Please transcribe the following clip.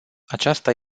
aceasta